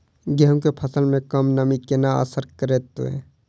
गेंहूँ केँ फसल मे कम नमी केना असर करतै?